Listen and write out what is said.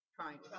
Trying